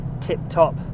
tip-top